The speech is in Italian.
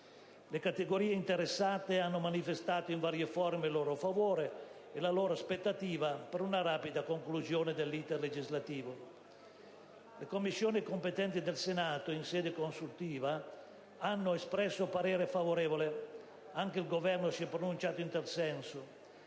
Le categorie interessate hanno manifestato in varie forme il loro favore e la loro aspettativa per una rapida conclusione dell'*iter* legislativo. Le Commissioni competenti del Senato in sede consultiva hanno espresso parere favorevole; anche il Governo si è pronunciato in tal senso.